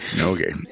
Okay